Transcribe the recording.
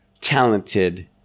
talented